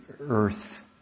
earth